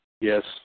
Yes